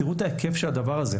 תראו את ההיקף של הדבר הזה.